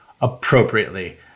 appropriately